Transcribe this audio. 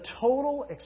total